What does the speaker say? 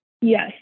Yes